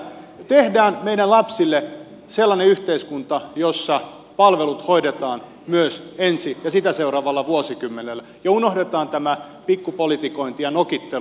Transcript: tehdään meidän lapsille sellainen yhteiskunta jossa palvelut hoidetaan myös ensi ja sitä seuraavalla vuosikymmenellä ja unohdetaan tämä pikkupolitikointi ja nokittelu